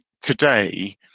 today